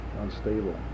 unstable